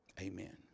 Amen